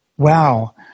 Wow